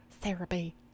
therapy